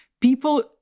people